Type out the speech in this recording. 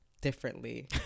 differently